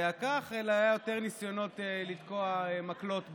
כך אלא היה יותר ניסיון לתקוע מקלות בגלגלים.